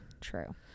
True